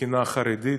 מכינה חרדית,